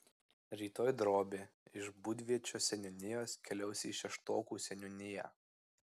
rytoj drobė iš būdviečio seniūnijos keliaus į šeštokų seniūniją